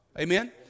Amen